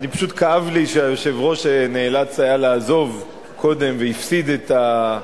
פשוט כאב לי שהיושב-ראש נאלץ לעזוב קודם והפסיד את,